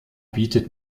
bietet